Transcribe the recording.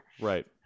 Right